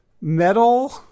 metal